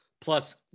plus